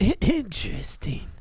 Interesting